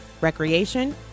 recreation